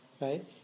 right